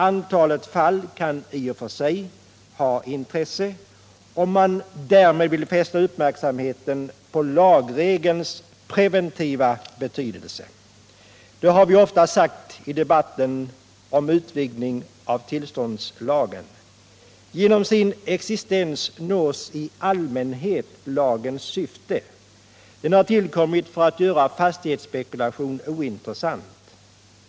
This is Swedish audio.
Antalet fall kan i och för sig ha intresse om man därmed vill fästa uppmärksamheten på lagregelns preventiva betydelse. Vi har ofta sagt i debatten om utvidgning av tillståndslagen att redan genom lagens existens nås i allmänhet dess syfte. Den har tillkommit för att göra fastighetsspekulation ointressant.